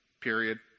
period